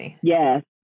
Yes